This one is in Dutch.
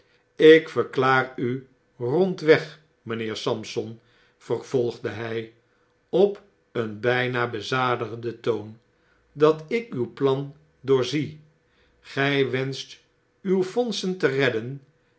ik verklaar u rondweg mynheer sampson vervoigde hij op een byna bezadigden toon dat ik uw plan doorzie gy wenscht uw fondsen te redden